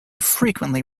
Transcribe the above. frequently